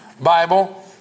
Bible